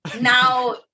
now